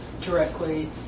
directly